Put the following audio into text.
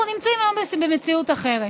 אנחנו נמצאים היום במציאות אחרת.